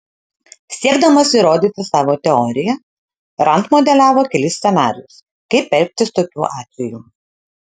siekdamas įrodyti savo teoriją rand modeliavo kelis scenarijus kaip elgtis tokiu atveju